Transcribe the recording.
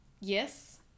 Yes